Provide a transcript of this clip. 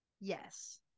yes